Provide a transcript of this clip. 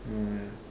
hmm yeah